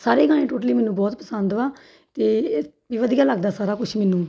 ਸਾਰੇ ਗਾਣੇ ਟੋਟਲੀ ਮੈਨੂੰ ਬਹੁਤ ਪਸੰਦ ਵਾ ਅਤੇ ਵਧੀਆ ਲੱਗਦਾ ਸਾਰਾ ਕੁਛ ਮੈਨੂੰ